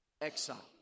exile